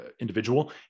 individual